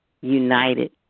united